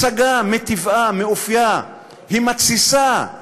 הצגה מטבעה, מאופייה, היא מתסיסה,